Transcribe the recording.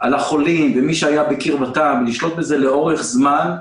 על החולים ומי שהיה בקרבתם, לשלוט בזה לאורך זמן,